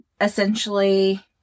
essentially